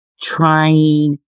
trying